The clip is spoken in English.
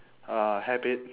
uh habit